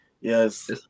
Yes